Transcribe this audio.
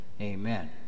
amen